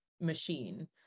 machine